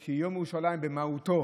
כי יום ירושלים במהותו